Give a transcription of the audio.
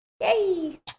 Yay